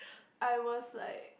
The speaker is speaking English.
I was like